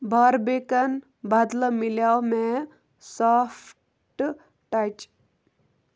Barbican بدلہٕ مِلیو مےٚ سافٹ ٹَچ